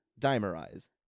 dimerize